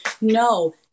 no